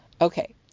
Okay